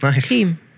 team